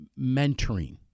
mentoring